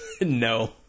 No